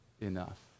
enough